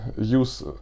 use